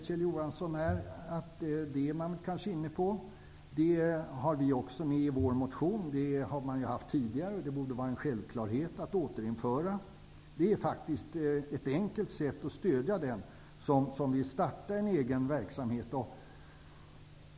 Det är man kanske inne på. Det har vi med i vår motion. Den möjligheten har man haft tidigare, och det borde vara en självklarhet att återinföra den. Det är faktiskt ett enkelt sätt att stödja den som vill starta egen verksamhet.